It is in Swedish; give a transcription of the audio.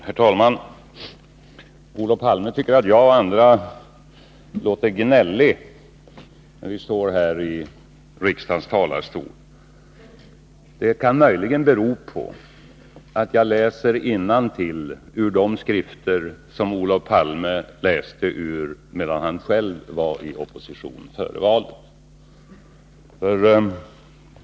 Herr talman! Olof Palme tycker att jag och andra låter gnälliga, när vi står här i riksdagens talarstol. För min del kan det möjligen bero på att jag läser innantill ur de skrifter som Olof Palme läste ur, medan han själv var i opposition före valet.